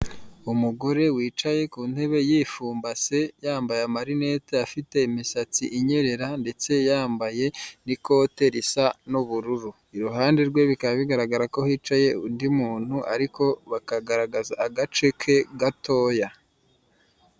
Umugore wicaye ku ntebe yipfumbatse yambaye amarinete afite imisatsi inyerera ndetse yambaye n'ikote risa n'ubururu, iruhande rwe bikaba bigaragara ko hicaye undi muntu ariko bakagaragaza agace ke gatoya.